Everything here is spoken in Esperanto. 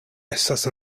estas